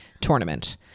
tournament